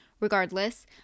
Regardless